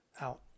out